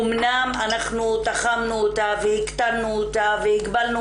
אמנם אנחנו תחמנו אותה והקטנו אותה והגבלנו